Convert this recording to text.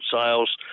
sales